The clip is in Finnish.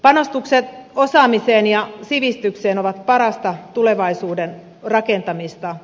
panostukset osaamiseen ja sivistykseen ovat parasta tulevaisuuden rakentamista